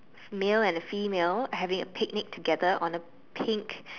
male and a female having a picnic together on a pink